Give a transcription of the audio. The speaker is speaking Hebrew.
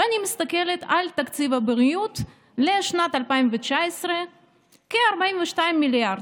ואני מסתכלת: תקציב הבריאות לשנת 2019 כ-42 מיליארד,